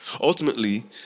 Ultimately